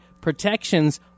protections